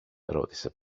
ρώτησε